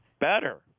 better